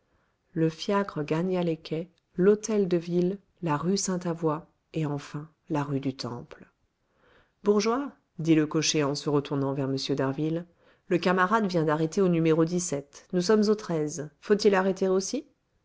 le fiacre gagna les quais l'hôtel-de-ville la rue sainte avoye et enfin la rue du temple bourgeois dit le cocher en se retournant vers m d'harville le camarade vient d'arrêter au n nous sommes au faut-il arrêter aussi